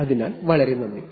അതിനാൽ വളരെ നന്ദി